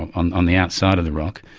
on on the outside of the rock,